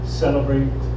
celebrate